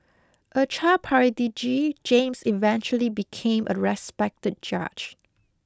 a child prodigy James eventually became a respected judge